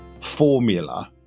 formula